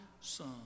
Son